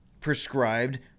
prescribed